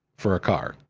for a car.